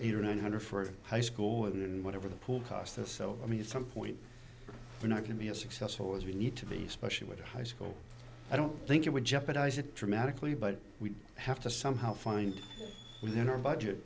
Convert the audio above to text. eight or nine hundred for a high school and whatever the pool costs are so i mean at some point we're not going to be as successful as we need to be especially with high school i don't think it would jeopardize it dramatically but we have to somehow find within our budget